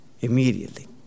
Immediately